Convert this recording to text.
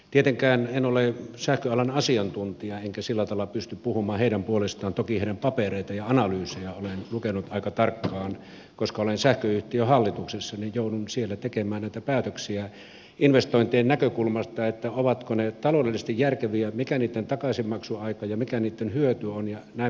tietenkään en ole sähköalan asiantuntija enkä sillä tavalla pysty puhumaan heidän puolestaan mutta toki heidän papereitaan ja analyysejään olen lukenut aika tarkkaan koska olen sähköyhtiön hallituksessa ja joudun siellä tekemään näitä päätöksiä investointien näkökulmasta ovatko ne taloudellisesti järkeviä mikä niitten takaisinmaksuaika on ja mikä niitten hyöty on jnp